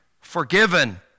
forgiven